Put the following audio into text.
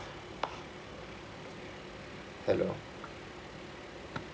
hello